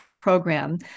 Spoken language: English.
program